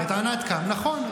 את ענת קם, נכון.